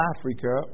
Africa